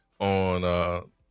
on